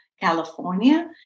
California